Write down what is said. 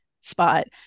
spot